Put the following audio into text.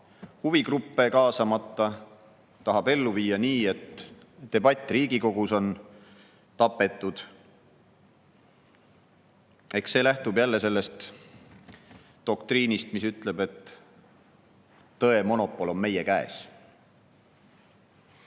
huvigruppe kaasamata, tahab ellu viia nii, et debatt Riigikogus on tapetud. Eks see lähtub jälle sellest doktriinist, mis ütleb, et tõemonopol on meie käes.